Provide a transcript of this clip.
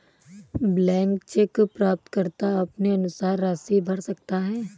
blank cheque प्राप्तकर्ता अपने अनुसार राशि भर सकता है